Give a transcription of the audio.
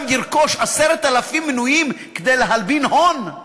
ירכוש 10,000 מנויים כדי להלבין הון?